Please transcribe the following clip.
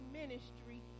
ministry